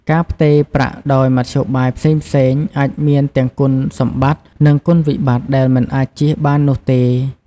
ការផ្ទេរប្រាក់ដោយមធ្យោបាយផ្សេងៗ អាចមានទាំងគុណសម្បត្តិនិងគុណវិបត្តិដែលមិនអាចចៀសបាននោះទេ។